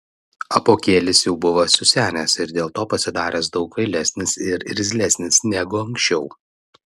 apuokėlis jau buvo susenęs ir dėl to pasidaręs daug kvailesnis ir irzlesnis negu anksčiau